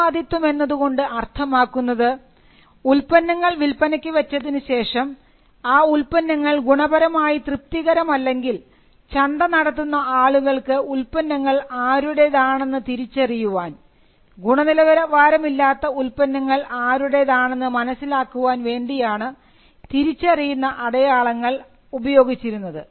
ഉത്തരവാദിത്വം എന്നതുകൊണ്ട് അർത്ഥമാക്കുന്നത് ഉൽപ്പന്നങ്ങൾ വിൽപ്പനയ്ക്ക് വെച്ചതിനുശേഷം ആ ഉൽപ്പന്നങ്ങൾ ഗുണപരമായി തൃപ്തികരമല്ലെങ്കിൽ ചന്ത നടത്തുന്ന ആളുകൾക്ക് ഉൽപ്പന്നങ്ങൾ ആരുടേതാണെന്ന് തിരിച്ചറിയുവാൻ ഗുണനിലവാരമില്ലാത്ത ഉൽപ്പന്നങ്ങൾ ആരുടേതാണെന്ന് മനസ്സിലാക്കാൻ വേണ്ടിയാണ് തിരിച്ചറിയുന്ന അടയാളങ്ങൾ ഉപയോഗിച്ചിരുന്നത്